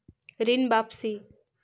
ऋण वापसी?